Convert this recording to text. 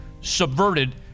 subverted